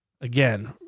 again